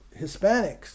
Hispanics